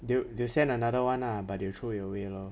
they'll they'll send another one lah but they'll throw it away lor